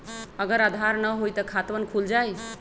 अगर आधार न होई त खातवन खुल जाई?